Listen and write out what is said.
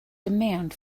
demand